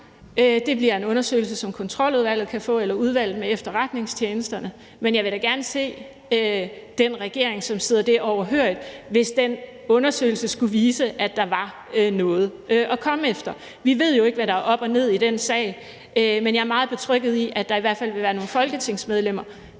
Det bliver en undersøgelse, som Kontroludvalget kan få eller Udvalget vedrørende Efterretningstjenesterne. Men jeg vil da gerne se den regering, som sidder det overhørig, hvis den undersøgelse skulle vise, at der var noget at komme efter. Vi ved jo ikke, hvad der er op og ned i den sag, men jeg er meget betrygget i, at der i hvert fald vil være nogle folketingsmedlemmer,